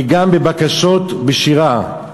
וגם בבקשות ובשירה,